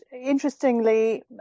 interestingly